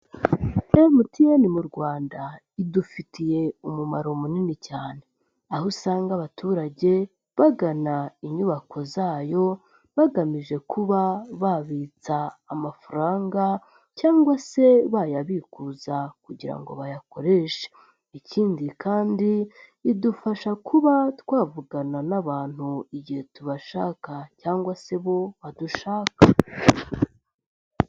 MTN mu Rwanda idufitiye umumaro munini cyane aho usanga abaturage bagana inyubako zayo bagamije kuba babitsa amafaranga cyangwa se bayabikuza kugira ngo bayakoreshe ikindi kandi idufasha kuba twavugana n'abantu igihe tubashaka cyangwa se bo badushaka.